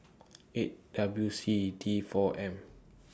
eight W C D four M